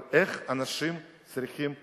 אבל איך אנשים צריכים לחיות?